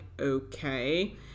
Okay